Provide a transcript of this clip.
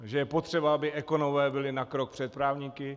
Že je potřeba, aby ekonomové byli na krok před právníky?